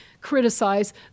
criticize